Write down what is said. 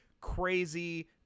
crazy